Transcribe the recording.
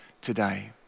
today